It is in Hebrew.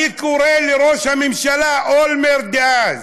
אני קורא לראש הממשלה אולמרט, דאז,